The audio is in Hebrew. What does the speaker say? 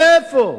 איפה?